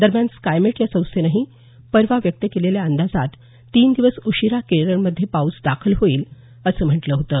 दरम्यान स्कायमेट या संस्थेनंही परवा व्यक्त केलेल्या अंदाजातही तीन दिवस उशिरा केरळमध्ये पाऊस दाखल होईल असं म्हटलं होतं